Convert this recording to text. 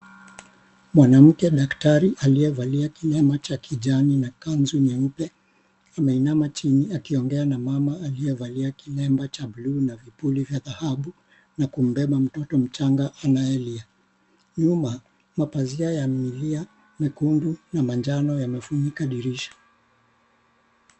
Mwanamke daktari aliyevalia kilemba cha kijani na kanzu jeupe ameinama chini akiongea na mama aliyevalia kilemba cha blu na vipuli vya dhahabu na kubeba mtoto machanga anayelia. Nyuma mapazia ya mlia nyekundu na manjano yamefunika dirisha.